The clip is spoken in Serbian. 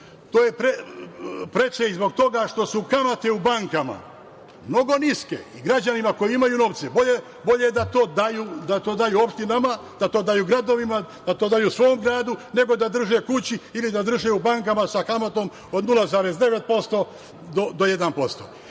to je preče i zbog toga što su kamate u bankama mnogo niske i građanima koji imaju novce bolje je da to daju opštinama, da to daju gradovima, da to daju svom gradu nego da drže kući ili da drže u bankama sa kamatom od 0,9% do